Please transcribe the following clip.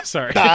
Sorry